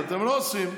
אבל אתם לא עושים.